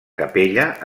capella